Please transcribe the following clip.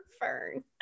fern